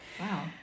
Wow